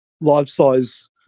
life-size